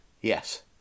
Yes